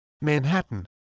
Manhattan